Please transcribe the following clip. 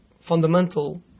fundamental